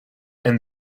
and